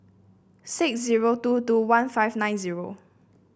six zero two two one five nine zero